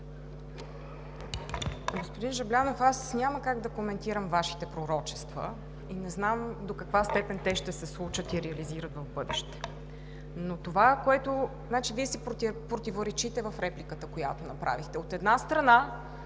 Господин Жаблянов, аз няма как да коментирам Вашите пророчества и не знам до каква степен те ще се случат и реализират в бъдеще. Вие си противоречите в репликата, която направихте. От една страна,